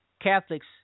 Catholics